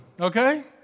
Okay